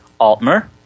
Altmer